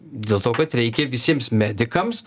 dėl to kad reikia visiems medikams